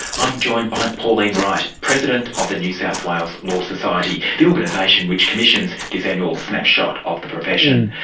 i'm joined by pauline wright, president of the new south wales law society, the organisation which commissions this annual snapshot of the profession.